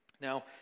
Now